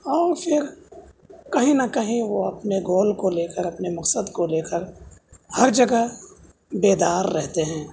اور پھر کہیں نہ کہیں وہ اپنے گول کو لے کر اپنے مقصد کو لے کر ہر جگہ بیدار رہتے ہیں